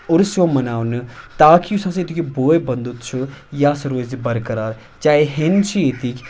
عرُس یِوان مَناونہٕ تاکہ یُس ہَسا ییٚتیُٚک یہِ بٲے بَندُت چھُ یِہ ہسا روزِ برقرار چاہے ہیٚندۍ چھِ ییٚتِکۍ